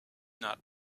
not